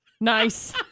Nice